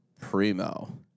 primo